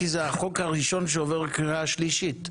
כי זה החוק הראשון שעובר קריאה שלישית,